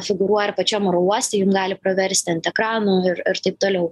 figūruoja ir pačiam oro uoste jum gali praversti ant ekranų ir ir taip toliau